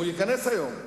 הוא ייכנס היום,